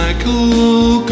Michael